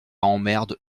emmerde